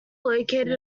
located